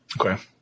Okay